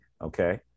okay